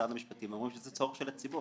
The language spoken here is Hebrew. משרד המשפטים אומרים שזה צורך של הציבור,